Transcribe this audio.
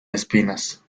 espinas